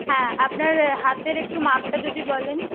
হ্যাঁ আপনার হাতের একটু মাপটা যদি বলেন